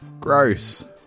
Gross